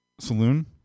Saloon